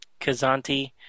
Kazanti